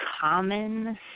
common